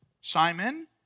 Simon